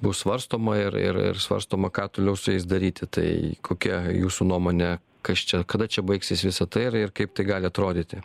bus svarstoma ir ir ir svarstoma ką toliau su jais daryti tai kokia jūsų nuomonė kas čia kada čia baigsis visa tai ir ir kaip tai gali atrodyti